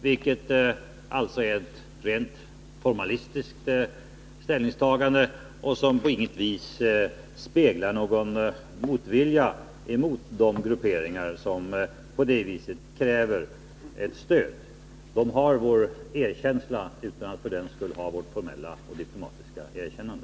Det är ett rent formalistiskt ställningstagande som på inget vis speglar någon motvilja mot de grupperingar som på det viset kräver ett stöd. De har vår erkänsla utan att för den skull ha vårt officiella och diplomatiska erkännande.